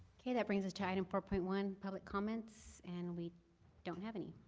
okay. that brings us to item four point one, public comments, and we don't have any.